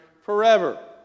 forever